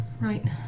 right